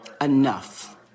Enough